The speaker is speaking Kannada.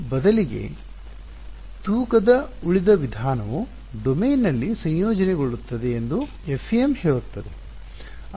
ಆದ್ದರಿಂದ ಬದಲಿಗೆ ತೂಕದ ಉಳಿದ ವಿಧಾನವು ಡೊಮೇನ್ನಲ್ಲಿ ಸಂಯೋಜನೆಗೊಳ್ಳುತ್ತದೆ ಎಂದು FEM ಹೇಳುತ್ತದೆ